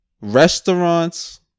Restaurants